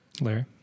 Larry